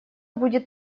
будет